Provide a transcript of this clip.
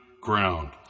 ground